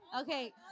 Okay